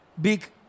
big